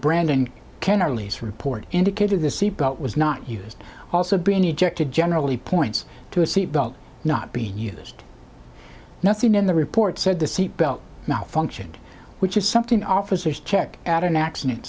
brandon can arlys report indicated the seat belt was not used also being ejected generally points to a seat belt not being used nothing in the report said the seatbelt now functioned which is something officers check at an accident